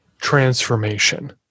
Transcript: transformation